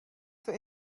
for